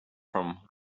from